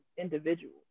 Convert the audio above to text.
individual